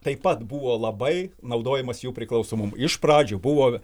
taip pat buvo labai naudojimas jų priklauso mum iš pradžių buvo